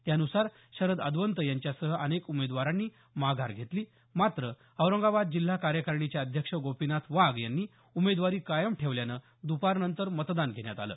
त्यानुसार शरद अदवंत यांच्यासह अनेक उमेदवारांनी माघार घेतली मात्र औरंगाबाद जिल्हा कार्यकारिणीचे अध्यक्ष गोपीनाथ वाघ यांनी उमेदवारी कायम ठेवल्यामुळे द्रपारनंतर मतदान घेण्यात आले